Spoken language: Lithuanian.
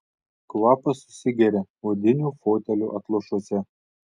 kvapas susigeria odinių fotelių atlošuose